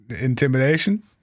Intimidation